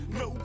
no